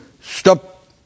stop